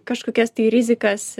kažkokias tai rizikas